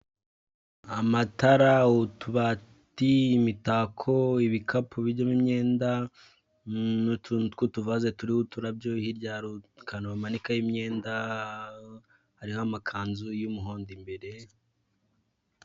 Amatara utubati imitako ibikapu birimo imyenda n'utuntu tw'utuvazi turiho uturabyo hirya hari akantu bamanikaho imyenda hariho amakanzu y'umuhondo imbere.